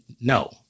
No